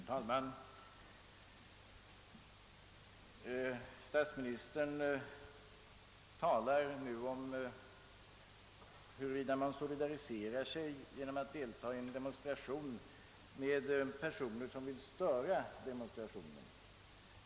Herr talman! Statsministern talar nu om huruvida man genom att delta i en demonstration solidariserar sig med personer som vill störa demonstrationen.